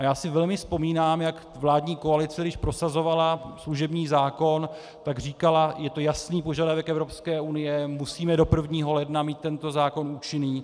Já si velmi vzpomínám, jak vládní koalice, když prosazovala služební zákon, tak říkala: je to jasný požadavek Evropské unie, musíme do 1. ledna mít tento zákon účinný.